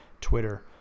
Twitter